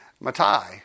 Matai